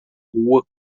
rua